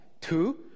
Two